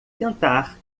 tentar